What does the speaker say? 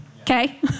Okay